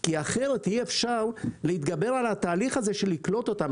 כי אחרת אי-אפשר להתגבר על התהליך הזה של לקלוט אותם,